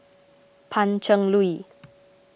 Pan Cheng Lui